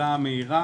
פעולה מהירה,